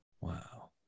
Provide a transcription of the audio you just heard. Wow